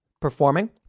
performing